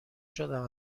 شدم